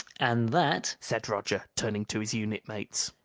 and that, said roger, turning to his unit-mates,